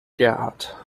gerhard